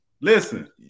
listen